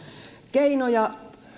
keinoja